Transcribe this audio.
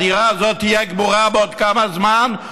הרי הדירה הזאת תהיה גמורה בעוד כמה זמן,